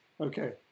Okay